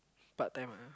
part-time ah